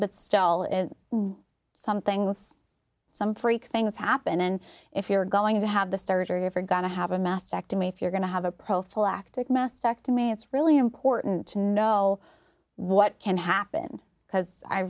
but still some things some freak things happen and if you're going to have the surgery if you're going to have a mastectomy if you're going to have a prophylactic mastectomy it's really important to know what can happen because i